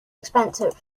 expensive